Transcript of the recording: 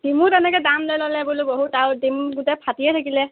দিমো তেনেকৈ দাম লৈ ল'লে বোলে বহুত আৰু দিম গোটেই ফাটিয়ে থাকিলে